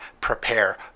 prepare